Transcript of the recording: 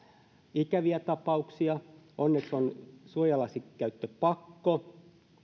ikäviä tapauksia onneksi on suojalasikäyttöpakko mutta